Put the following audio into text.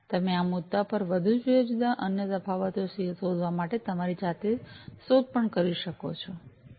તમે આ મુદ્દા પર વધુ જુદા જુદા અન્ય તફાવતો શોધવા માટે તમારી જાતે શોધ પણ કરી શકો છો